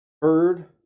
Bird